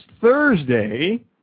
Thursday